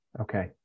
Okay